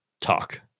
talk